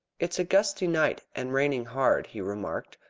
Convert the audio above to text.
it is a gusty night, and raining hard, he remarked.